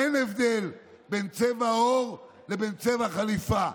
אין הבדל בין צבע העור לצבע החליפה.